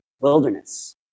wilderness